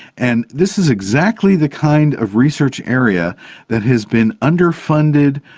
and this is exactly the kind of research area that has been underfunded,